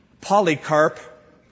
Polycarp